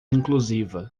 inclusiva